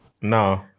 No